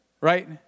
right